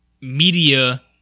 Media